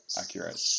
Accurate